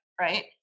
right